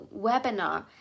webinar